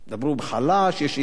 דברו חלש, יש אירן.